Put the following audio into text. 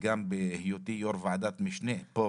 וגם בהיותי יו"ר ועדת משנה פה